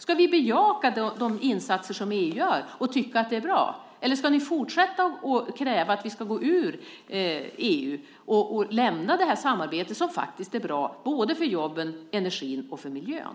Ska ni bejaka de insatser som EU gör och tycka att det är bra eller ska ni fortsätta att kräva att vi ska gå ur EU och lämna det här samarbetet som faktiskt är bra för både jobben, energin och miljön?